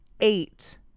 eight